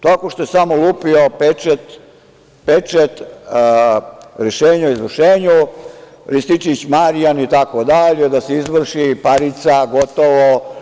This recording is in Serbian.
Tako što je samo lupio pečat na rešenju o izvršenju, Rističević Marijan itd, da se izvrši, parica, gotovo.